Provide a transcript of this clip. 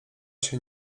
się